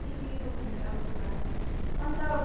ए हुन्छ उसो भए अन्त